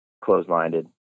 closed-minded